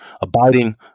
abiding